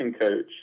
coach